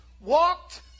walked